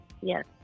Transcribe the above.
yes